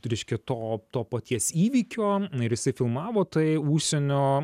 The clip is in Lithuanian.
tai reiškia to to paties įvykio ir jisai filmavo tai užsienio